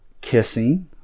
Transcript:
kissing